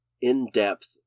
in-depth